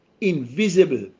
invisible